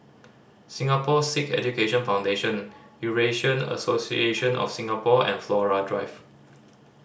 Singapore Sikh Education Foundation Eurasian Association of Singapore and Flora Drive